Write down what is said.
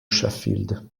sheffield